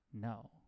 no